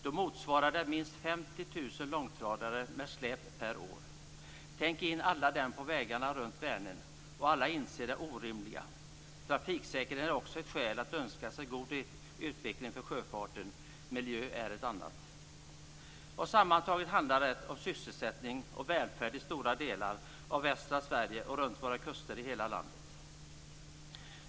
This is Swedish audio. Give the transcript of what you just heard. Då motsvarar det minst 50 000 långtradare med släp per år. Tänk alla dem på vägarna runt Vänern, och alla inser det orimliga. Trafiksäkerheten är också ett skäl att önska sig god utveckling för sjöfarten. Miljön är ett annat skäl. Sammantaget handlar det om sysselsättning och välfärd i stora delar av västra Sverige och runt våra kuster i hela landet.